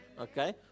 Okay